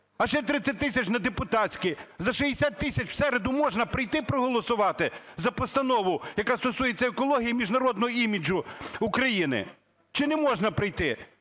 А ще 30 тисяч недепутатські. За 60 тисяч в середу можна прийти, проголосувати за постанову, яка стосується екології і міжнародного іміджу України, чи не можна прийти?